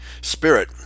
spirit